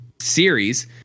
series